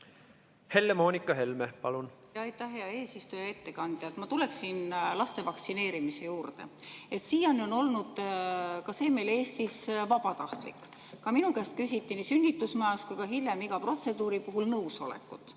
Helle-Moonika Helme, palun!